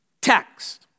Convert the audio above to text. text